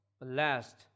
Blessed